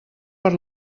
per